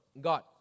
God